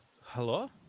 Hello